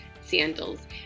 sandals